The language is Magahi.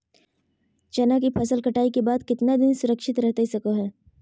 चना की फसल कटाई के बाद कितना दिन सुरक्षित रहतई सको हय?